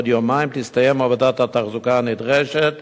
ובעוד יומיים תסתיים עבודת התחזוקה הנדרשת